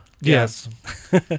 yes